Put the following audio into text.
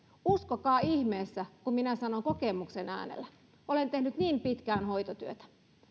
uskokaa ihmeessä kun minä sanon kokemuksen äänellä olen tehnyt niin pitkään hoitotyötä